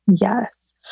Yes